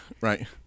right